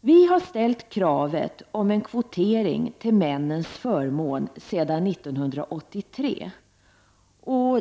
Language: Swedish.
Vi har ställt kravet på en kvotering till männens förmån sedan 1983.